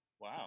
Wow